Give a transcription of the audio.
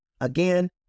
Again